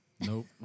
Nope